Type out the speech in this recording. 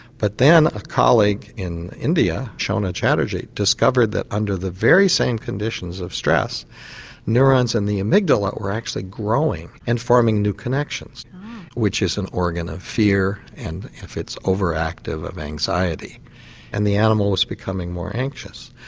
but then a colleague in india, shona chattarji, discovered that under the very same conditions of stress neurons in and the amygdala were actually growing and forming new connections which is an organ of fear and if it's overactive of anxiety and the animal is becoming more anxious.